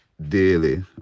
daily